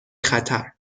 خطر